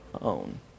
own